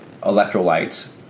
electrolytes